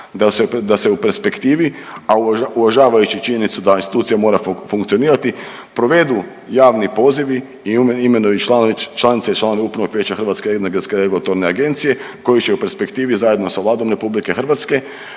da se u perspektivi, a uvažavajući činjenicu da institucija mora funkcionirati provedu javni pozivi i imenuju članice i članovi upravnog vijeća Hrvatske energetske regulatorne agencije koji će u perspektivi zajedno sa Vladom RH, resornim